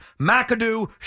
McAdoo